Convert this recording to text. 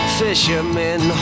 fishermen